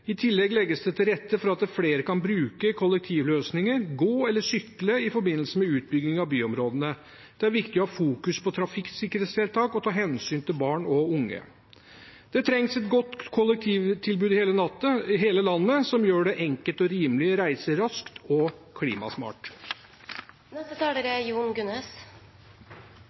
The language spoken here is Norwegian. I tillegg legges det til rette for at flere kan bruke kollektivløsninger, gå eller sykle i forbindelse med utbygging av byområdene. Det er viktig å fokusere på trafikksikkerhetstiltak og ta hensyn til barn og unge. Det trengs et godt kollektivtilbud i hele landet som gjør det enkelt og rimelig å reise raskt og